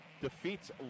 defeats